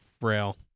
frail